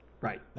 Right